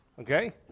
okay